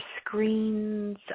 screens